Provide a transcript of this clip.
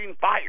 fire